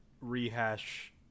rehash